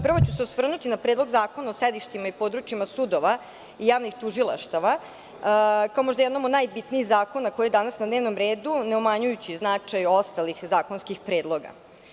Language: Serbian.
Prvo ću se osvrnuti na Predlog zakona o sedištima i područjima sudova i javnih tužilaštava kao možda jednom od najbitnijih zakona koji je danas na dnevnom redu, ne umanjujući značaj ostalih zakonskih predloga.